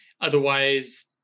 otherwise